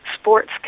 sports